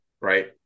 right